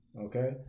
Okay